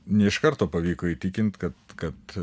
ne iš karto pavyko įtikint kad kad